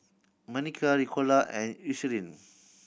Manicare Ricola and